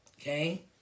Okay